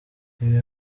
ibi